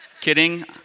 Kidding